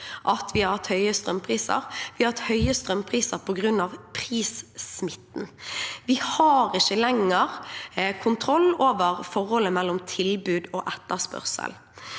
Vi har hatt høye strømpriser på grunn av prissmitten. Vi har ikke lenger kontroll over forholdet mellom tilbud og etterspørsel.